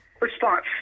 response